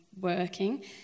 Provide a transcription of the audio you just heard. working